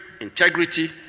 integrity